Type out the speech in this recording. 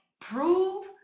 prove